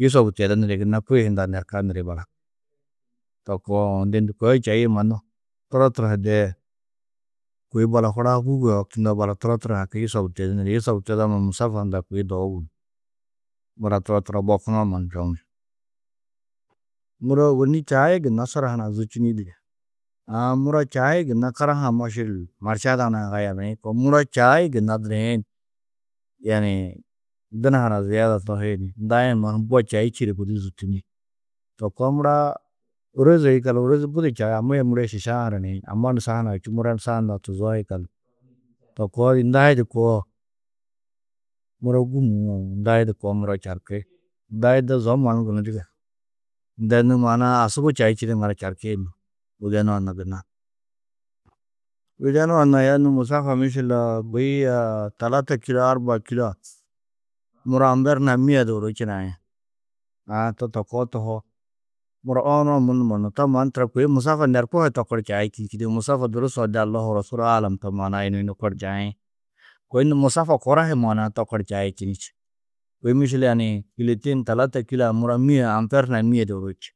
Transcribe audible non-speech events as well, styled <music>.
Yusobu tedu niri, gunna kôe hundã nerka niri balak. To koo uũ, de ndu koo di čaîe mannu, turo, turo ho de kôi balak huraa hûugo ho hoktundoo, balak turo, turo ho haki yusobu tedú niri, yusobu tedoo mannu musafa hundã kôi dogu gunú. Mura turo, turo ho bokunoo mannu čoŋi. Muro ôwonni čai gunna suraa hunã zûčuni dige. Aã muro čai gunna karaha-ã mašil, maršada hunã giyiriĩ koo. Muro čai gunna duriin, yaaniĩ duna hunã ziyeda tohi ni ndai-ĩ mannu mbo čaî čîĩ di gudi zûtuni. To koo muraa ôroze yikallu ôrozi budi čaa, amma yê muro yê šiša-ã hananiĩn. Amma ni sa čû, mura ni sa hundã tuzoo yikallu. To koo ndai di koo muro gûmuũ uũ ndai di koo, mura čarki. Ndai de zo mannu gunú dige, ndai nû maana-ã asubu čaî ŋadu čarkini, widenu-ã na gunna. Widenu-ã nû aya nû musafa mišil <hesitation> kôi talata kîlo, arbaa kîlo a muro amber hunã mîe du ôro činai. Aã, to kooo tohoo, muro owonu-ã munumo nuũ, to mannu tura kôi musafa nerko hi tokor čai činî dige, musafa durusuo de Allahû, Rosûl aalam, to maana-ã yunu yunu kor čaĩ? Kôi nû musafa koro hi maana-ã to kor čai činî čî. Kôi mišil yaaniĩ, kîlotein, talata kîloa muro mîe amber hunã mîe du ôro čî.